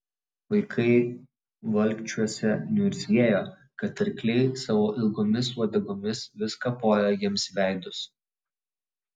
vaikai valkčiuose niurzgėjo kad arkliai savo ilgomis uodegomis vis kapoja jiems veidus